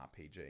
RPG